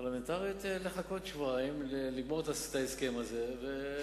פרלמנטרית, לחכות שבועיים, לגמור את ההסכם הזה.